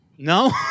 No